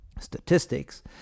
statistics